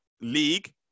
league